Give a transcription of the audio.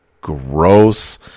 Gross